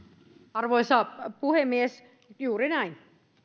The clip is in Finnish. arvoisa puhemies juuri näin